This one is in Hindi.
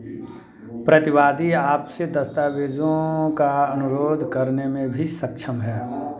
प्रतिवादी आपसे दस्तावेज़ों का अनुरोध करने में भी सक्षम है